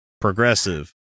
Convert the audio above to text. progressive